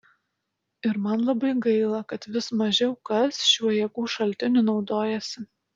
ir man labai gaila kad vis mažiau kas šiuo jėgų šaltiniu naudojasi